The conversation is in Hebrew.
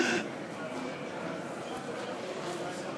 בבקשה, השר